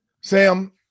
Sam